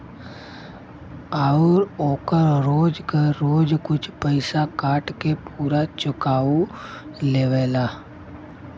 आउर ओकर रोज क रोज कुछ पइसा काट के पुरा चुकाओ लेवला